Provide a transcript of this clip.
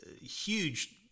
huge